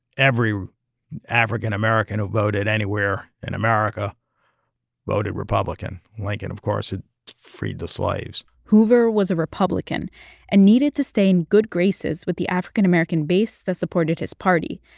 every african american who voted anywhere in america voted republican. lincoln, of course, had freed the slaves hoover was a republican and needed to stay in good graces with the african american base that supported his party,